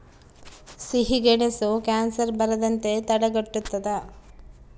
ಸಿಹಿಗೆಣಸು ಕ್ಯಾನ್ಸರ್ ಬರದಂತೆ ತಡೆಗಟ್ಟುತದ